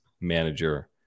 manager